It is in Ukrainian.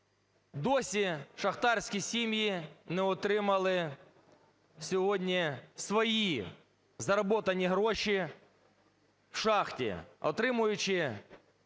Досі шахтарські сім'ї не отримали сьогодні свої заработані гроші в шахті, отримуючи